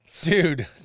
Dude